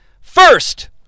First